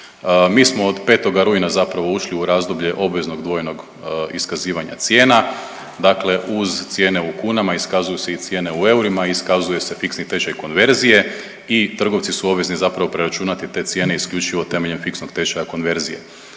Mi smo od 5. rujna zapravo ušli u razdoblje obveznog dvojnog iskazivanja cijena. Dakle, uz cijene u kunama iskazuju se i cijene u eurima i iskazuje se fiksni tečaj konverzije i trgovci su obvezni zapravo preračunati te cijene isključivo temeljem fiksnog tečaja konverzije.